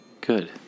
Good